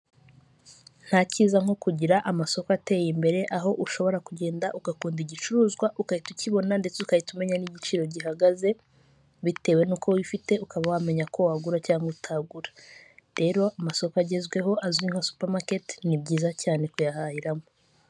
Nta cyiza nko kugira amasoko ateye imbere aho ushobora kugenda ugakunda igicuruzwa ugahita ukibona ndetse ukahitamenya n'igiciro gihagaze, bitewe n'uko wi ufite ukaba wamenya ko wagura cyangwa utagura. Rero amasoko agezweho azwi nka supamaketi ni byiza cyane kuyahahiramo.